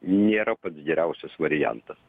nėra pats geriausias variantas